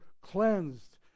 cleansed